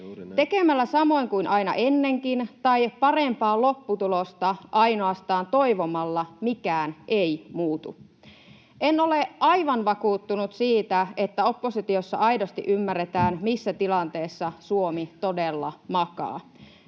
Tekemällä samoin kuin aina ennenkin tai parempaa lopputulosta ainoastaan toivomalla mikään ei muutu. En ole aivan vakuuttunut siitä, että oppositiossa aidosti ymmärretään, missä tilanteessa Suomi todella makaa.